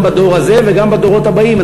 גם בדור הזה וגם בדורות הבאים.